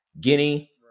Guinea